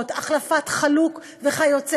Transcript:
רשלנות של הצוות הרפואי,